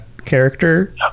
character